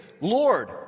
Lord